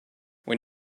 when